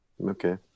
Okay